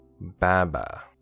Baba